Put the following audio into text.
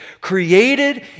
created